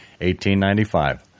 1895